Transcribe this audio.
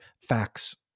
facts